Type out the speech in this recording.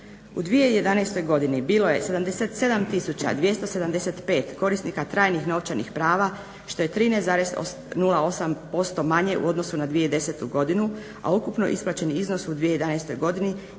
U 2011. godini bilo je 77275 korisnika trajnih novčanih prava što je 13,08% manje u odnosu na 2010. godinu, a ukupno isplaćeni iznos u 2011. godini